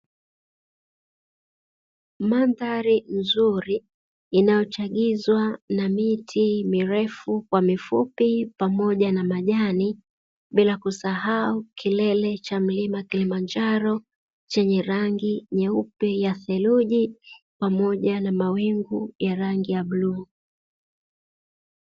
Mandhari nzuri inayochagizwa na miti mirefu kwa mifupi pamoja na majani bila kusahau kilele cha mlima kilimanjaro chenye rangi nyeupe ya theluji pamoja na mawingu ya rangi ya bluu.